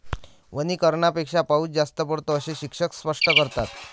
वनीकरणापेक्षा पाऊस जास्त पडतो, असे शिक्षक स्पष्ट करतात